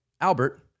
Albert